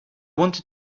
wanted